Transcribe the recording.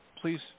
please